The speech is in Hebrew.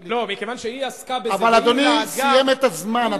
לא, מכיוון שהיא עסקה, אבל אדוני סיים את הזמן.